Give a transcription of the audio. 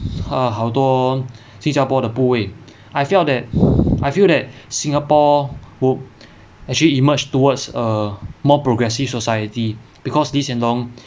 err 好多新加坡的部位 I felt that I feel that singapore would actually emerge towards a more progressive society because lee hsien loong